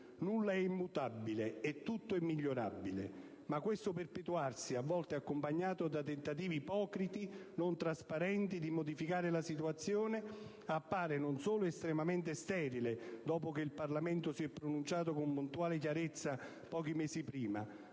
Nulla è immutabile e tutto è migliorabile, ma questo perpetuarsi, a volte accompagnato da tentativi ipocriti, non trasparenti, di modificare la situazione, appare non solo estremamente sterile, dopo che il Parlamento si è pronunciato con puntuale chiarezza pochi mesi prima,